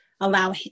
allow